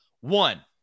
One